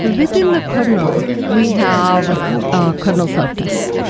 within the kernel we have ah kernel self-tests.